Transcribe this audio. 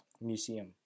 museum